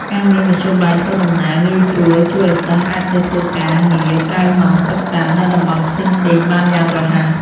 ការមានមធ្យោបាយធ្វើដំណើរងាយស្រួលជួយឱ្យសិស្សអាចទៅធ្វើការងារក្រៅម៉ោងសិក្សានៅតំបន់ផ្សេងៗបានយ៉ាងរហ័ស។